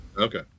Okay